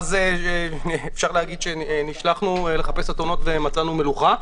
אפשר להגיד שנשלחנו לחפש אתונות ומצאנו מלוכה.